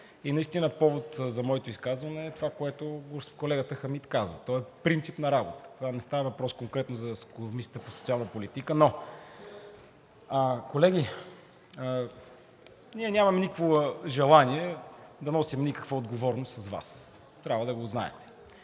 важна. Повод за моето изказване е това, което колегата Хамид каза – то е принцип на работа, не става въпрос конкретно за Комисията по социална политика. Но колеги, ние нямаме никакво желание да носим отговорност с Вас. Трябва да го знаете.